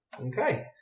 Okay